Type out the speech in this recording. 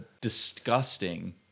disgusting